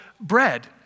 bread